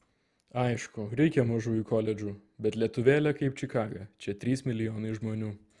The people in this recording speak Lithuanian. aišku reikia mažųjų koledžų bet lietuvėlė kaip čikaga čia trys milijonai žmonių